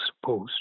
supposed